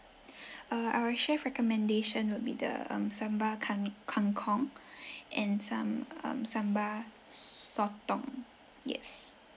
uh our chef recommendation would be the um sambal kang kangkong and sam~ uh sambal sotong yes